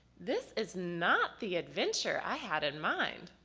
this is not the adventure i had in mind.